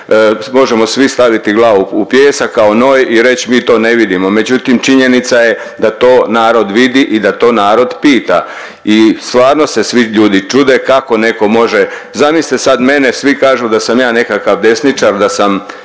možemo svi staviti glavu u pijesak kao noj i reći mi to ne vidimo. Međutim, činjenica je da to narod vidi i da to narod pita i stvarno se svi ljudi čude kako neko može, zamislite sad mene svi kažu da sam ja nekakav desničar, da sam